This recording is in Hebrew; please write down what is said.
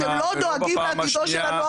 לא בפעם השנייה,